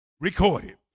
recorded